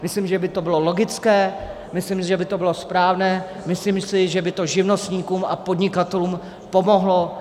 Myslím, že by to bylo logické, myslím si, že by to bylo správné, myslím si, že by to živnostníkům a podnikatelům pomohlo.